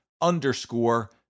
underscore